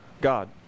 God